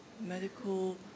medical